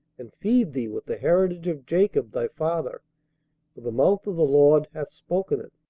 and feed thee with the heritage of jacob thy father for the mouth of the lord hath spoken it